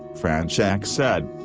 fronczak said.